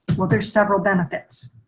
well, there are several benefits,